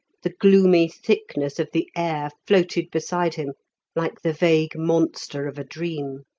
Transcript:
the gloomy thickness of the air floated beside him like the vague monster of a dream.